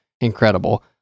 incredible